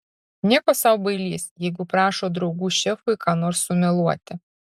nieko sau bailys jeigu prašo draugų šefui ką nors sumeluoti